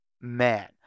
man